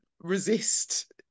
resist